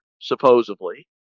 supposedly